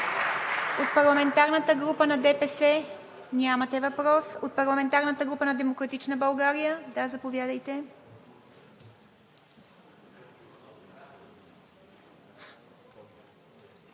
От парламентарната група на ДПС? Нямате въпрос. От парламентарната група на „Демократична България“? Заповядайте.